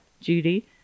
Judy